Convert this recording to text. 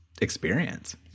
experience